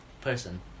person